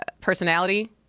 personality